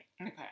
Okay